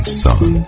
son